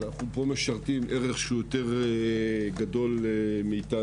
אנחנו משרתים פה ערך שהוא יותר גדול מאתנו.